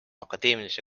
akadeemilise